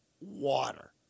water